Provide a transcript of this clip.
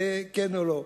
כן או לא.